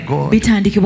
God